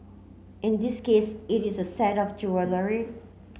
in this case it is a set of jewellery